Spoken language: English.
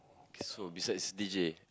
so besides deejay